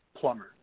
plumber